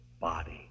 body